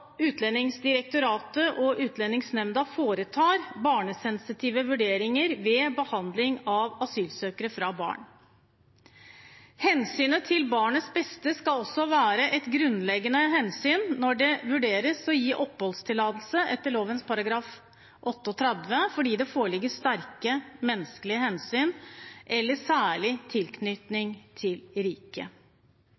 Utlendingsnemnda foretar barnesensitive vurderinger ved behandling av asylsøknader fra barn. Hensynet til barnets beste skal også være et grunnleggende hensyn når det vurderes å gi oppholdstillatelse etter lovens § 38 fordi det foreligger sterke menneskelige hensyn eller særlig